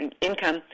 income